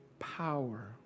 power